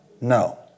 No